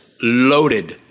loaded